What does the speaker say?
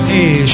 Hey